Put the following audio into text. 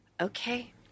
Okay